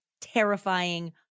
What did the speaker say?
terrifying